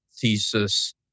thesis